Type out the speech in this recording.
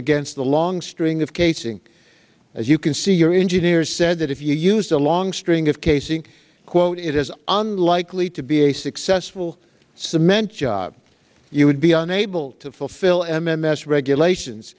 against the long string of casing as you can see your engineers said that if you used a long string of casing quote it is unlikely to be a successful cement job you would be unable to fulfill ms regulations